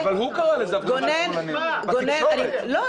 גונן --- לא,